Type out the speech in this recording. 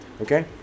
okay